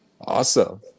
Awesome